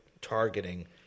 targeting